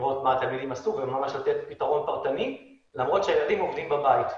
לראות מה התלמידים עשו ולתת פתרון פרטני למרות שהתלמידים עובדים בבית.